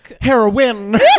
Heroin